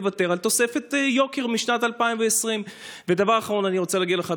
לוותר על תוספת יוקר משנת 2020. ודבר אחרון אני רוצה להגיד לך,